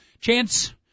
chance